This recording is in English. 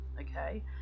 Okay